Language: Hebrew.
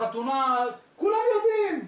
כולם יודעים,